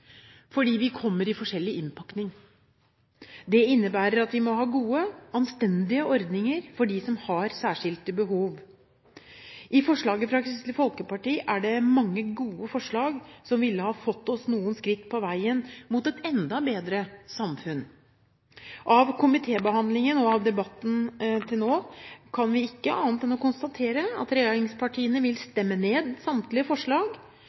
fordi vi kommer i forskjellig innpakning. Det innebærer at vi må ha gode, anstendige ordninger for dem som har særskilte behov. I forslaget fra Kristelig Folkeparti er det mange gode forslag som ville ha fått oss noen skritt på veien mot et enda bedre samfunn. Av komitébehandlingen og av debatten til nå kan vi ikke annet enn å konstatere at regjeringspartiene vil stemme ned samtlige forslag